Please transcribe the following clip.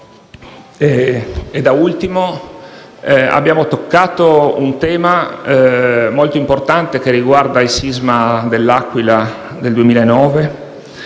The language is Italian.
Da ultimo abbiamo affrontato un tema molto importante che riguarda il sisma dell'Aquila del 2009.